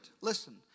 Listen